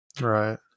Right